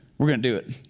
we're gonna do it.